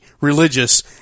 religious